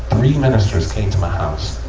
three ministers came to my house,